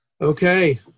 Okay